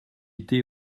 été